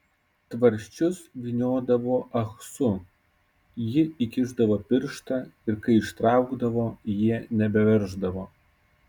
tvarsčius vyniodavo ahsu ji įkišdavo pirštą ir kai ištraukdavo jie nebeverždavo